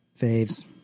faves